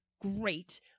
great